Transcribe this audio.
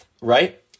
right –